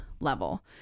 level